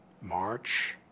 March